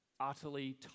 utterly